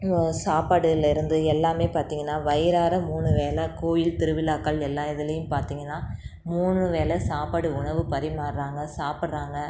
சாப்பாடுலேருந்து எல்லாமே பார்த்தீங்கன்னா வயிறார மூணு வேளை கோயில் திருவிழாக்கள் எல்லா இதுலையும் பார்த்தீங்கன்னா மூணு வேளை சாப்பாடு உணவு பரிமாருறாங்க சாப்பிட்றாங்க